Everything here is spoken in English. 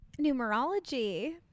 Numerology